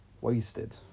wasted